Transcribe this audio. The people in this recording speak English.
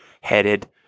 headed